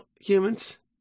humans